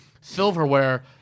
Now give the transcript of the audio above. silverware